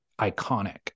iconic